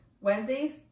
Wednesdays